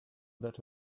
that